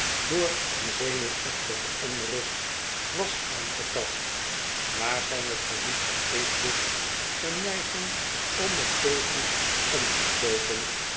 door een zenuwachtige onrust was aangetast waarvan het verlies van eetlust een neiging om het theegoed om te stooten